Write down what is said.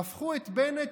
הפכו את בנט,